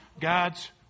God's